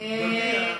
אין לי ספק.